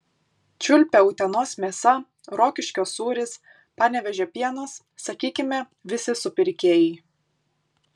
čiulpia utenos mėsa rokiškio sūris panevėžio pienas sakykime visi supirkėjai